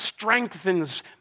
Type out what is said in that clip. Strengthens